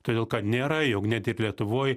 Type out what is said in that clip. todėl kad nėra jau net ir lietuvoj